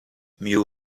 mieux